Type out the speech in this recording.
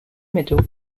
middle